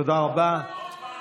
תודה רבה.